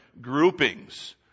groupings